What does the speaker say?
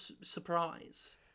surprise